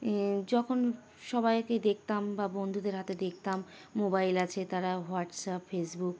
যখন সবাইকে দেখতাম বা বন্ধুদের হাতে দেখতাম মোবাইল আছে তারা হোয়াটসঅ্যাপ ফেসবুক